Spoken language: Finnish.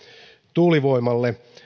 tuulivoimalle